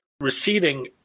receding